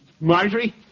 Marjorie